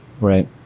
right